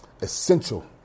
essential